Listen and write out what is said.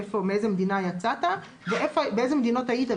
מאיזו מדינה יצאת ובאיזה מדינות היית.